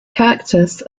cactus